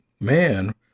man